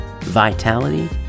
vitality